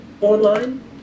online